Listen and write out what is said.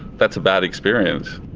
that's a bad experience.